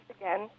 again